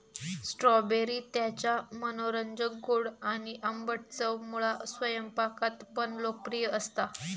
strawberry त्याच्या मनोरंजक गोड आणि आंबट चवमुळा स्वयंपाकात पण लोकप्रिय असता